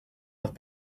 with